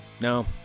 No